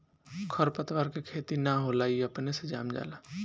खर पतवार के खेती ना होला ई अपने से जाम जाला